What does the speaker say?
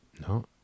no